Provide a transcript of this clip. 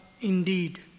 indeed